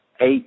eight